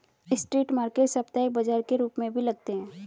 street market साप्ताहिक बाजार के रूप में भी लगते हैं